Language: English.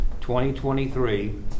2023